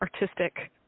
artistic